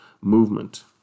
movement